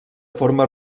forma